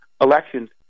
elections